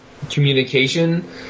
communication